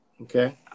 Okay